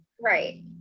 Right